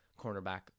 cornerback